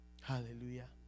Hallelujah